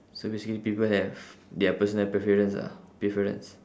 so basically people have their personal preference ah preference